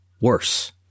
Worse